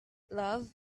love